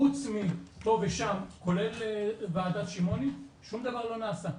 חוץ מפה ושם, כולל ועדת שמעוני, שום דבר לא נעשה.